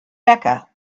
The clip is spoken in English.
becca